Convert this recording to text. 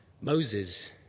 Moses